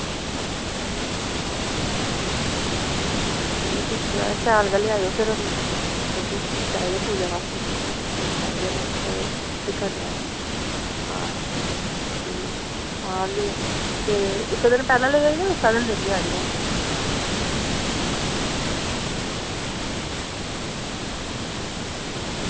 ते ओह् दिक्खी लैएओ शैल गै लेआएओ फिर क्योंकि चाहिदे पूजा बास्तै फुल्ल चाहिदे न ते शुद्ध करनी ऐ आं स्हेई ऐ हां अल्ली ते इक दिन पैह्लें लेगे जां उस्सै दिन लेगे आह्नियै